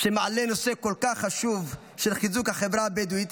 שמעלה נושא כל כך חשוב של חיזוק החברה הבדואית,